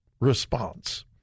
response